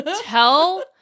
Tell